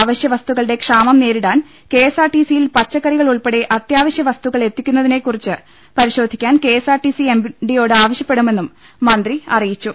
അവശ്യ വസ്തുക്കളുടെ ക്ഷാമം നേരിടാൻ കെ എസ് ആർ ടിസിൽ പച്ചക്കറികൾ ഉൾപ്പടെ അത്യാവശൃ വസ്തുക്കൾ എത്തി ക്കുന്നതിനെകുറിച്ച് പരിശോധിക്കാൻ K S R T C എംഡിയോട് ആവശ്യപ്പെടുമെന്നും മന്ത്രി അറിയിച്ചു